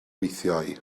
weithiau